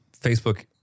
Facebook